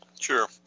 Sure